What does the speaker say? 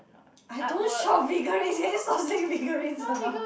I don't shop figuries can you stop saying figurines or not